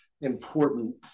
important